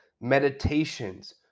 meditations